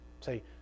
Say